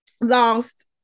lost